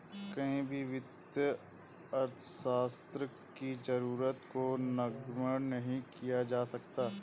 कहीं भी वित्तीय अर्थशास्त्र की जरूरत को नगण्य नहीं किया जा सकता है